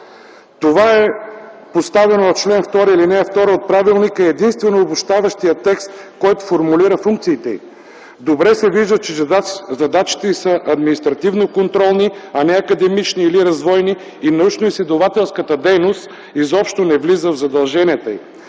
Това е поставено в чл. 2, ал. 2 от Правилника и единствено обобщаващия текст, който формулира функциите им. Добре се вижда, че задачите им са административно-контролни, а не академични или развойни и научно-изследователската дейност изобщо не влиза в задълженията им.